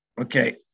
Okay